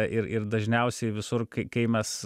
ir ir dažniausiai visur kai kai mes